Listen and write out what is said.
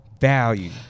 value